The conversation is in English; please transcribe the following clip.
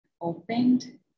opened